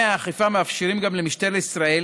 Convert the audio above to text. מנגנוני האכיפה מאפשרים גם למשטרת ישראל